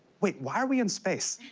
wait, why are we in space?